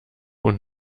und